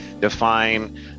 define